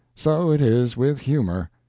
so it is with humor.